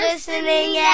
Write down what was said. listening